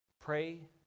pray